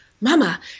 Mama